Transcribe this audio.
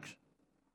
בבקשה.